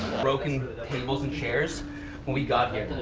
broken tables and chairs, when we got here.